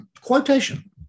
quotation